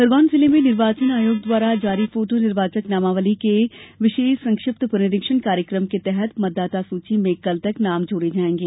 खरगोन जिले में निर्वाचन आयोग द्वारा जारी फोटो निर्वाचक नामावली के विषेष संक्षिप्त पुनरीक्षण कार्यक्रम के तहत मतदाता सूची में कल तक नाम जोड़े जायेंगे